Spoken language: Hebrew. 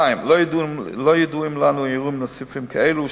2. לא ידוע לנו על אירועים נוספים כאלה.